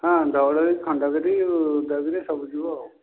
ହଁ ଧଉଳଗିରି ଖଣ୍ଡଗିରି ଉଦୟଗିରି ସବୁ ଯିବ ଆଉ